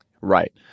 right